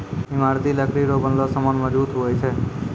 ईमारती लकड़ी रो बनलो समान मजबूत हुवै छै